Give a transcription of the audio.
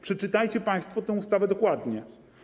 Przeczytajcie państwo tę ustawę dokładnie.